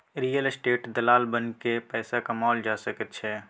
real estate दलाल बनिकए पैसा कमाओल जा सकैत छै